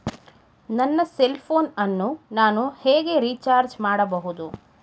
ನನ್ನ cell phone ಅನ್ನು ನಾನು ಹೇಗೆ ರಿಚಾರ್ಜ್ ಮಾಡಬಹುದು?